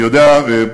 מאז.